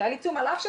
כן